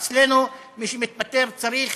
אצלנו, מי שמתפטר צריך